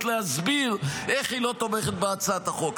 להסביר איך היא לא תומכת בהצעת החוק.